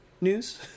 news